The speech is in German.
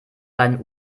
seinen